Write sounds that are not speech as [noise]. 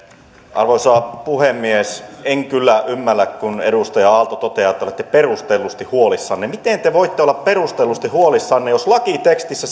arvoisa puhemies en kyllä ymmärrä kun edustaja aalto toteaa että olette perustellusti huolissanne miten te voitte olla perustellusti huolissanne jos lakitekstissä [unintelligible]